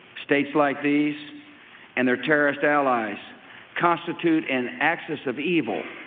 states like these and their terrorist allies constitute an axis of evil,